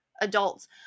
adults